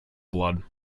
blood